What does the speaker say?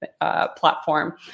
platform